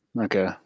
Okay